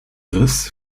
riss